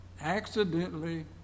accidentally